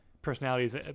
Personalities